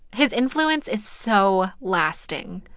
his influence is so lasting.